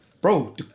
Bro